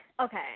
okay